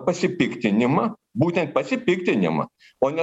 pasipiktinimą būtent pasipiktinimą o ne